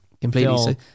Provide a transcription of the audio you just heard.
completely